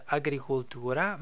agricoltura